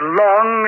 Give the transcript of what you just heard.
long